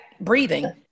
Breathing